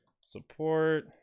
support